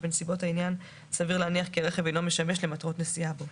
ובנסיבות העניין סביר להניח כי הרכב אינו משמש למטרות נסיעה בו.